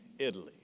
Italy